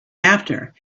after